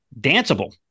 danceable